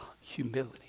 Humility